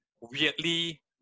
weirdly